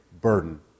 burden